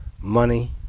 money